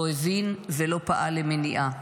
לא הבין ולא פעל למניעה.